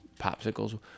popsicles